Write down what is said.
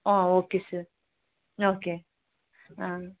ಹಾಂ okay sir okay ಹಾಂ